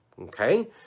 okay